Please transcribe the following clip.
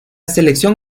selección